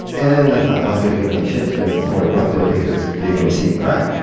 and i thought, like i gotta get my shit together before i go out there because they're gonna see me cry.